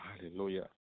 Hallelujah